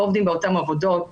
לא עובדים באותם עבודות.